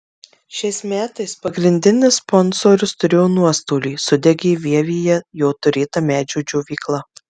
šiais metais pagrindinis sponsorius turėjo nuostolį sudegė vievyje jo turėta medžio džiovykla